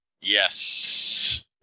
Yes